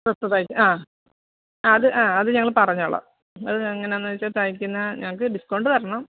തൊട്ട് അത് ആ അത് ഞങ്ങൾ പറഞ്ഞോളാം അത് എങ്ങനെയാണെന്ന് വച്ചാൽ തയ്ക്കുന്നത് ഞങ്ങൾക്ക് ഡിസ്ക്കൗണ്ട് തരണം